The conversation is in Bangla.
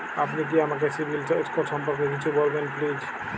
আপনি কি আমাকে সিবিল স্কোর সম্পর্কে কিছু বলবেন প্লিজ?